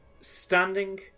Standing